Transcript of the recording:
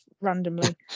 randomly